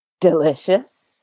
delicious